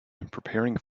preparing